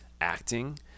acting